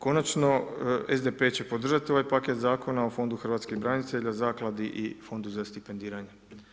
Konačno SDP će podržati ovaj paket Zakona o Fondu hrvatskih branitelja, Zakladi i Fondu za stipendiranje.